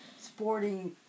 sporting